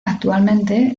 actualmente